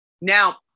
Now